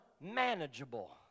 manageable